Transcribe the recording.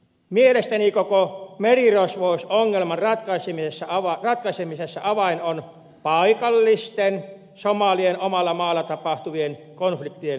mielestäni koko merirosvousongelman ratkaisemisessa avain on paikallisten somalien omalla maalla tapahtuvien konfliktien lopettaminen